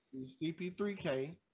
CP3K